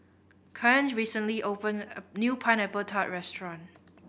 Cain recently opened a new Pineapple Tart restaurant